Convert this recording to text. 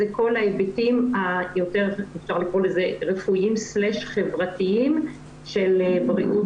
זה כל ההיבטים היותר רפואיים/חברתיים של בריאות